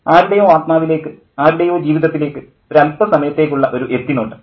ആരുടേയോ ആത്മാവിലേക്ക് ആരുടേയോ ജീവിതത്തിലേക്ക് ഒരല്പ സമയത്തേക്കുള്ള ഒരു എത്തി നോട്ടം